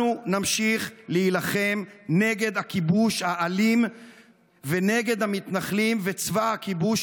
אנחנו נמשיך להילחם נגד הכיבוש האלים ונגד המתנחלים וצבא הכיבוש,